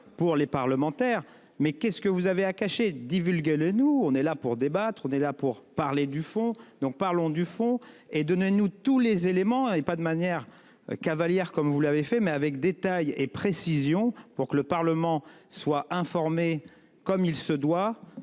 pour les parlementaires. Mais qu'est-ce que vous avez à cacher divulguer le nous, on est là pour débattre, on est là pour parler du fond. Donc, parlons du fond et donnez-nous tous les éléments et pas de manière Cavaliere comme vous l'avez fait, mais avec détail et précision pour que le Parlement soit informé comme il se doit,